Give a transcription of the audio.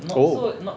oh